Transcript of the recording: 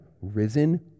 risen